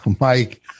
Mike